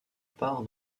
part